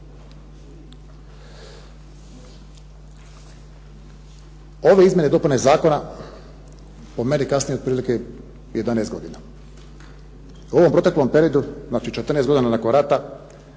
Ove izmjene i dopune zakona po meni kasne otprilike 11 godina. U ovom proteklom periodu, znači 14 godina nakon rata